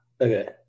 Okay